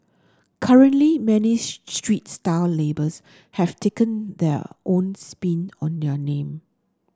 currently many street style labels have taken their own spin on their name